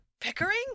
Pickering